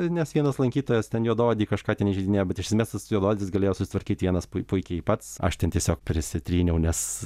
nes vienas lankytojas ten juodaodį kažką ten įžeidinėjo bet iš esmės tas juodaodis galėjo susitvarkyt vienas pui puikiai pats aš ten tiesiog prisitryniau nes